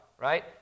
right